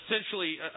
essentially